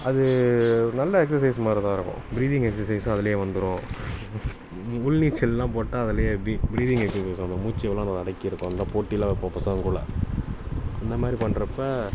அது நல்ல எக்ஸசைஸ் மாதிரிதான் இருக்கும் ப்ரீத்திங் எக்சஸைஸும் அதிலே வந்துடும் உள் நீச்சலெல்லாம் போட்டால் அதிலே எப்படி ப்ரீத்திங் எக்சஸைஸ் வந்துடும் மூச்சை எவ்வளோ நேரம் அடக்கி இருக்கும் அந்த போட்டியெல்லாம் வைப்போம் பசங்கக்குள்ளே அந்தமாதிரி பண்ணுறப்ப